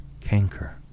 canker